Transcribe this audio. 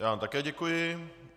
Já vám také děkuji.